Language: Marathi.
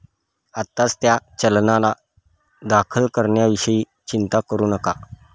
आत्ताच त्या चलनांना दाखल करण्याविषयी चिंता करू नका